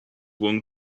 one